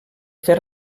fer